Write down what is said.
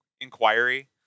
inquiry